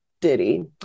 Diddy